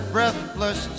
Breathless